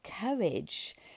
courage